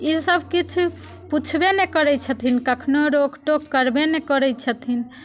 ई सभकिछु पुछबे नहि करैत छथिन कखनो रोकटोक करबे नहि करैत छथिन